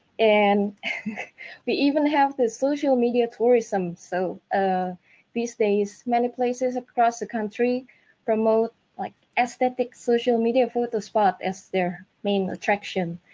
and we even have the social media tourism, so ah these days many places across the country from like aesthetic social media photo spot as their main attraction,